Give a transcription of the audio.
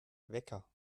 wecker